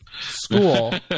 school